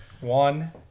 One